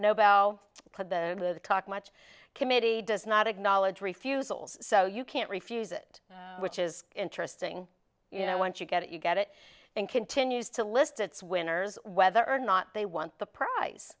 nobel club the talk much committee does not acknowledge refusals so you can't refuse it which is interesting you know once you get it you get it and continues to list its winners whether or not they won the pri